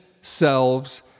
selves